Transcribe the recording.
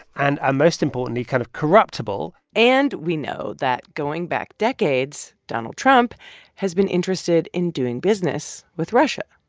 and ah most importantly, kind of corruptible and we know that going back decades, donald trump has been interested in doing business with russia.